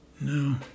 No